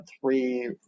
three